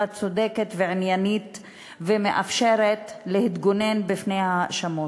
צודקת ועניינית ומאפשרת להתגונן בפני ההאשמות.